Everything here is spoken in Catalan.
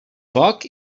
foc